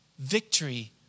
victory